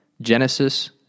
Genesis